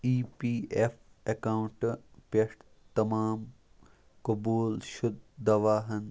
E P F اَکاونٹہٕ پٮ۪ٹھ تمام قبوٗل شُد دواہَن